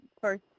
first